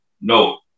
no